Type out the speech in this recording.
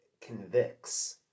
convicts